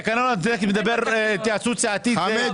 בתקנון הכנסת מדובר על התייעצות סיעתית --- חמד,